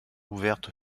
ouvertes